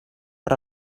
per